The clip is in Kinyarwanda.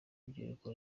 urubyiruko